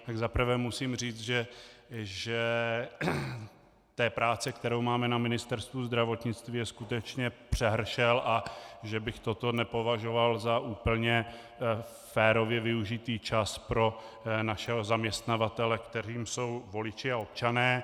Tak za prvé musím říct, že té práce, kterou máme na Ministerstvu zdravotnictví je skutečně přehršel a že bych toto nepovažoval za úplně férově využitý čas pro našeho zaměstnavatele, kterým jsou voliči a občané.